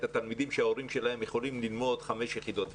התלמידים שההורים שלהם יכולים ללמוד חמש יחידות פיזיקה.